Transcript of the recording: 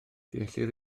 deallir